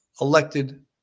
elected